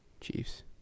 Chiefs